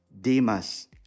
Demas